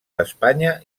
d’espanya